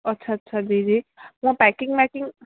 अच्छा अच्छा जी जी न पैकिंग वैकिंग